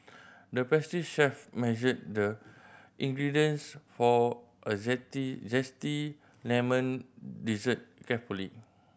the pastry chef measured the ingredients for a zesty lemon dessert carefully